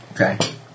Okay